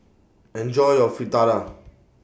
Enjoy your Fritada